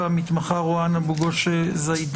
והמתמחה רואן אבו גוש זידאן.